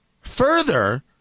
Further